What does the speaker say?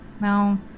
no